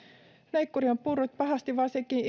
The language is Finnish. leikkuri on purrut pahasti varsinkin